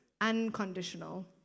unconditional